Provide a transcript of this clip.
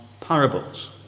Parables